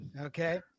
Okay